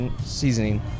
seasoning